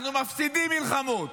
אנחנו מפסידים במלחמות.